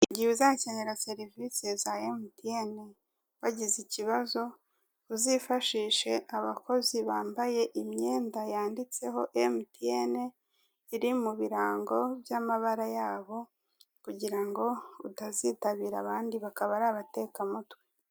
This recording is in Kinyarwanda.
Igihe uzakenera serivise za emutiyeni wagize ikibazo uzifashishe abakozi bambaye imyenda yanditseho emutiyeni iri mu birango by'amabara yabo kugira ngo utazitabira abandi bakaba ari abatekamutwe.